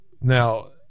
Now